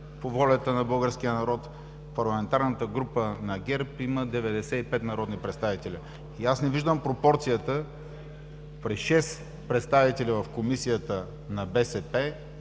по волята на българския народ, парламентарната група на ГЕРБ има 95 народни представители. И аз не виждам пропорцията при 6 представители в Комисията на БСП,